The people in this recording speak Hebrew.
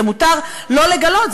זה מותר לא לגלות,